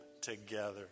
together